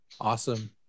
awesome